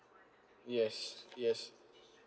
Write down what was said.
yes yes